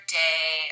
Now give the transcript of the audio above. day